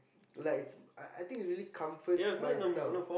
like it's I I think it really comforts myself